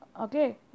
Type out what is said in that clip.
Okay